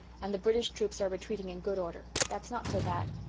and the british troops are retreating in good order. that's not so bad.